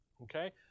Okay